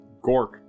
Gork